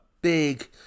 Big